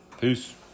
Peace